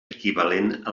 equivalent